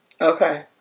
Okay